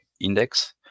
index